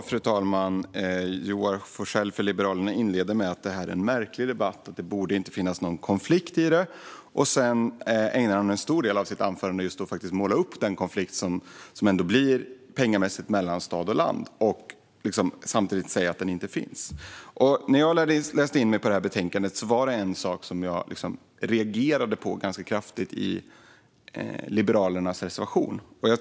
Fru talman! Joar Forssell från Liberalerna inleder med att det här är en märklig debatt och att det inte borde finnas någon konflikt. Sedan ägnar han en stor del av sitt anförande åt att just måla upp den konflikt som det ändå blir pengamässigt mellan stad och land - samtidigt som han säger att den inte finns. När jag läste in mig på det här betänkandet var det en sak som jag reagerade ganska kraftigt på i Liberalernas reservation.